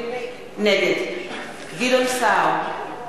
נגד גדעון סער,